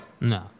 No